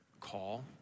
call